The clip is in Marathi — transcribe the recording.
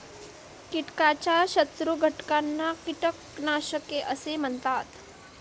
कीटकाच्या शत्रू घटकांना कीटकनाशके असे म्हणतात